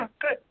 Good